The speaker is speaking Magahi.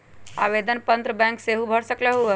आवेदन पत्र बैंक सेहु भर सकलु ह?